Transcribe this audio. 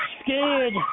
scared